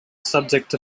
subject